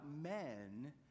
men